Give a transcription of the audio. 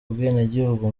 ubwenegihugu